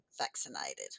vaccinated